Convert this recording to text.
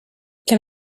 can